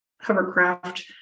hovercraft